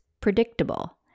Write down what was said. predictable